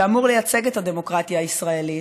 שאמור לייצג את הדמוקרטיה הישראלית,